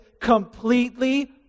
completely